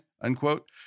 unquote